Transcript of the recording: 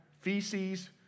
feces